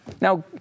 Now